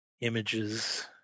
images